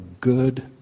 good